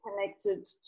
connected